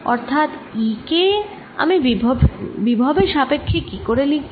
অর্থাৎ E কে আমি বিভবের সাপক্ষ্যে কি করে লিখব